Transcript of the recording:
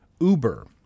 Uber